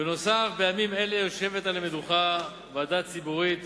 בנוסף, בימים אלה יושבת על המדוכה ועדה ציבורית